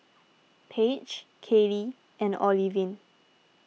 Paige Caylee and Olivine